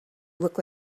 look